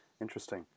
Interesting